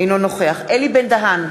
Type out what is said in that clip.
אינו נוכח אלי בן-דהן,